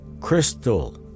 Crystal